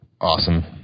awesome